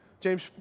James